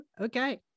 Okay